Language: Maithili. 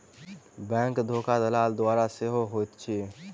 बैंक धोखा दलाल द्वारा सेहो होइत अछि